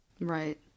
Right